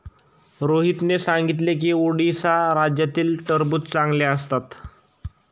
रोहितने सांगितले की उडीसा राज्यातील टरबूज चांगले असतात